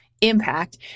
impact